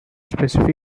specific